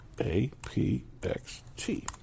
A-P-X-T